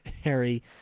harry